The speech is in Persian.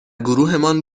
گروهمان